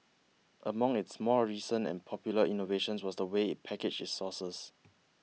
among its more recent and popular innovations was the way it packaged its sauces